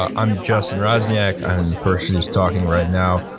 um i'm justin roczniak, i'm the person who's talking right now,